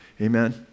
Amen